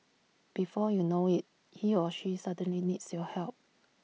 before you know IT he or she suddenly needs your help